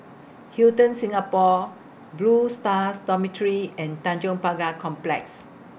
Hilton Singapore Blue Stars Dormitory and Tanjong Pagar Complex